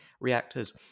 reactors